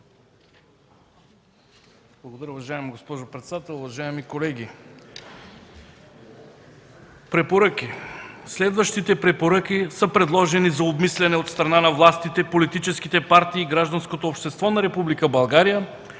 Благодаря, госпожо председател. Уважаеми колеги! Препоръки: „Следващите препоръки са предложени за обмисляне от страна на властите и политическите партии и гражданското общество на